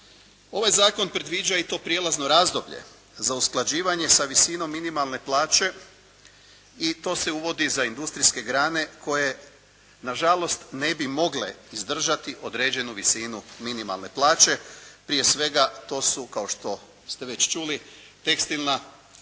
ovaj zakon predviđa i to prijelazno razdoblje za usklađivanje sa visinom minimalne plaće i to se uvodi za industrijske grane koje nažalost ne bi mogle izdržati određenu visinu minimalne plaće. Prije svega to su kao što ste već čuli tekstilna,